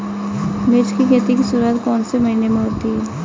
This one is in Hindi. मिर्च की खेती की शुरूआत कौन से महीने में होती है?